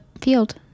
field